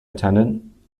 attendant